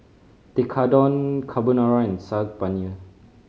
Tekkadon Carbonara and Saag Paneer